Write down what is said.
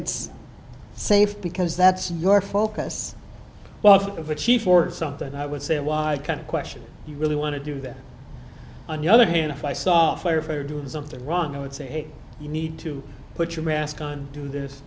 it's safe because that's your focus off of a chief or something i would say a wide kind of question you really want to do that on the other hand if i saw firefighter doing something wrong i would say hey you need to put your mask on do this